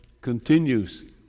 continues